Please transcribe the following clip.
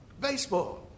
baseball